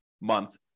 month